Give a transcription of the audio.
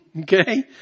Okay